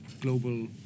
global